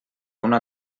una